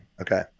Okay